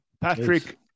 Patrick